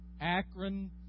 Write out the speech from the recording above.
Akron